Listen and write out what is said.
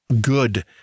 good